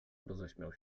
roześmiał